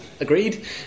Agreed